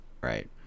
right